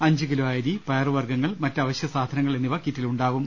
അഞ്ച് കിലോ അരി പയറു വർഗങ്ങൾ മറ്റ് അവൾ്യ സാധനങ്ങൾ എന്നിവ കിറ്റിൽ ഉണ്ടാ വും